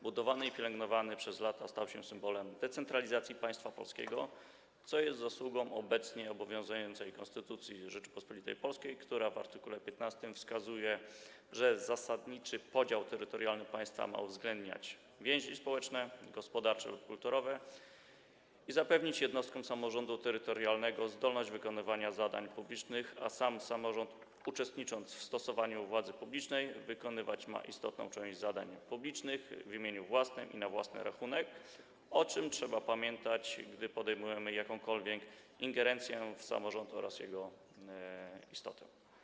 Budowany i pielęgnowany przez lata, stał się symbolem decentralizacji państwa polskiego, co jest zasługą obecnie obowiązującej Konstytucji Rzeczypospolitej Polskiej, która w art. 15 wskazuje, że zasadniczy podział terytorialny państwa ma uwzględniać więzi społeczne, gospodarcze lub kulturowe i zapewniać jednostkom samorządu terytorialnego zdolność wykonywania zadań publicznych, a sam samorząd, uczestnicząc w sprawowaniu władzy publicznej, wykonywać ma istotną część zadań publicznych w imieniu własnym i na własny rachunek, o czym trzeba pamiętać, gdy podejmujemy jakąkolwiek ingerencję w działalność samorządu oraz jego istotę.